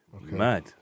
mad